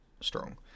strong